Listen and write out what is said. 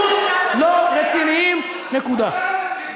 אתם פשוט לא רציניים, נקודה.